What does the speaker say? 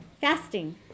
Fasting